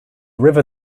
river